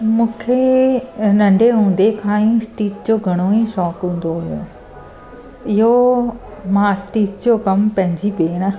मूंखे नंढे हूंदे खां ई स्टिच जो घणो ई शौक़ु हूंदो हुओ इहो मां स्टिच जो कमु पंहिंजी भेण